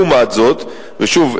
שוב,